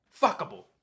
Fuckable